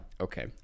Okay